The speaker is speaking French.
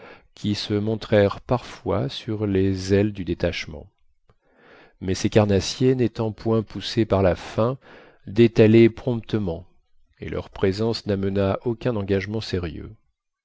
qui se montrèrent parfois sur les ailes du détachement mais ces carnassiers n'étant point poussés par la faim détalaient promptement et leur présence n'amena aucun engagement sérieux